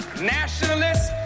nationalists